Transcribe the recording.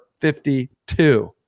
52